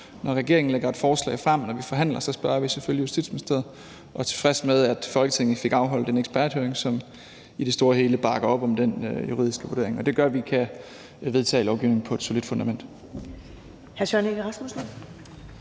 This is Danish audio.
Når regeringen lægger et forslag frem, når vi forhandler, så spørger vi selvfølgelig Justitsministeriet, og vi er tilfredse med, at Folketinget fik afholdt en eksperthøring, som i det store og hele bakker op om den juridiske vurdering. Det gør, at vi kan vedtage lovgivningen på et solidt fundament.